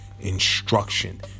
instruction